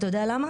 אתה יודע למה?